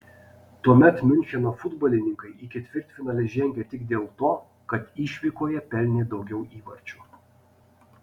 tuomet miuncheno futbolininkai į ketvirtfinalį žengė tik dėl to kad išvykoje pelnė daugiau įvarčių